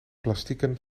plastieken